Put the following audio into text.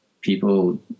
people